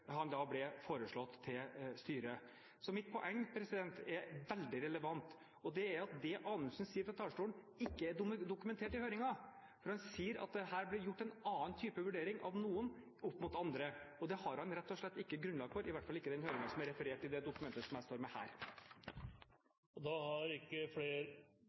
han ble foreslått til styret. Mitt poeng er veldig relevant. Det er at det Anundsen sier fra talerstolen, ikke er dokumentert i høringen. Han sier at det her ble gjort en annen vurdering av noen opp mot andre. Det har han rett og slett ikke grunnlag for – i hvert fall ikke i den høringen som er referert i det dokumentet som jeg står med her.